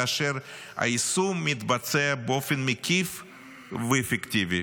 כאשר היישום מתבצע באופן מקיף ואפקטיבי.